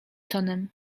tonem